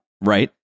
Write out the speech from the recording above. right